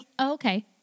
Okay